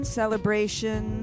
celebration